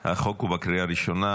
על החוק לקריאה ראשונה.